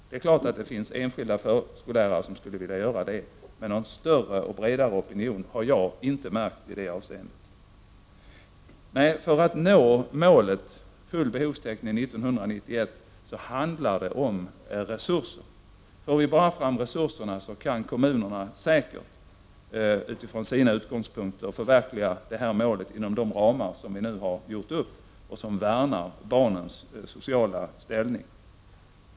Det är klart att det finns enskilda förskollärare som skulle vilja göra det, men någon större och bredare opinion har jag inte märkt i detta avseende. För att nå målet om full behovstäckning 1991 handlar det om resurser. Om vi bara får fram resurserna kan kommunerna säkert från sina utgångspunkter förverkliga detta mål inom de ramar som vi nu har satt upp och som innebär att man värnar barnens sociala ställning.